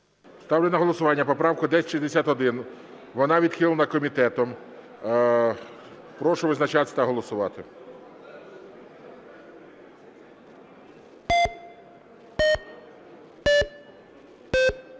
Ставлю на голосування поправку 1061. Вона відхилена комітетом. Прошу визначатися та голосувати.